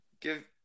give